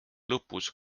lõpus